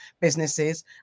businesses